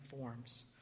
forms